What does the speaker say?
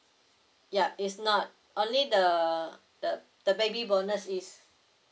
yup it's not only the the the baby bonus is